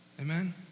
Amen